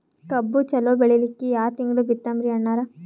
ಕಬ್ಬು ಚಲೋ ಬೆಳಿಲಿಕ್ಕಿ ಯಾ ತಿಂಗಳ ಬಿತ್ತಮ್ರೀ ಅಣ್ಣಾರ?